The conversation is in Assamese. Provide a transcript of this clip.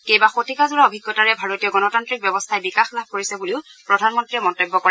কেইবা শতিকাজোৰা অভিজ্ঞতাৰে ভাৰতীয় গণতান্ত্ৰিক ব্যৱস্থাই বিকাশ লাভ কৰিছে বুলি প্ৰধানমন্ত্ৰীয়ে মন্তব্য কৰে